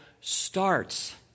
starts